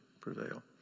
prevail